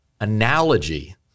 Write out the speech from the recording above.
analogy